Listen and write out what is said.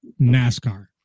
NASCAR